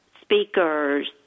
speakers